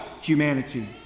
humanity